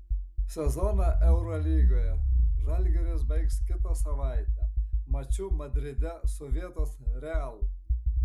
sezoną eurolygoje žalgiris baigs kitą savaitę maču madride su vietos real